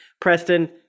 Preston